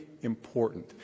important